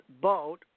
boat